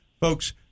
folks